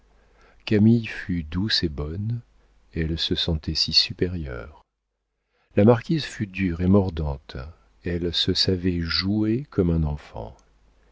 camille fut douce et bonne elle se sentait si supérieure la marquise fut dure et mordante elle se savait jouée comme un enfant